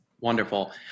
Wonderful